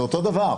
זה אותו דבר.